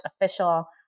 official